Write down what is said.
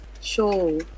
show